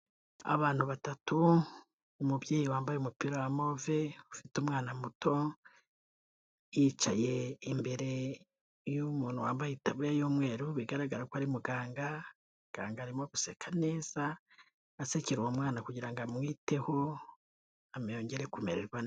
Abantu batatu umubyeyi wambaye umupira wa move, ufite umwana muto yicaye imbere y'umuntu wambaye itaburiya y'umweru bigaragara ko ari muganga, muganga arimo guseka neza asekera uwo mwana kugirango ngo amwiteho yongere kumererwa neza.